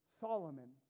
Solomon